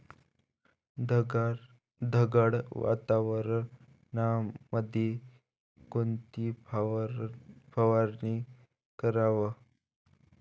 ढगाळ वातावरणामंदी कोनची फवारनी कराव?